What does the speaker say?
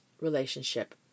relationship